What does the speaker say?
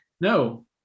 No